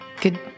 Good